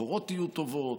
הביקורות יהיו טובות,